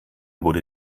wurde